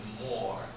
more